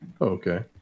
Okay